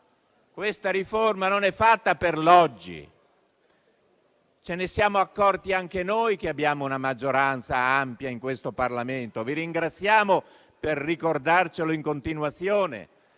Questa riforma non è fatta per l'oggi. Ce ne siamo accorti anche noi che abbiamo una maggioranza ampia in questo Parlamento e vi ringraziamo di ricordarcelo in continuazione.